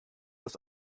das